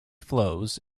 flows